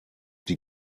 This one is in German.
die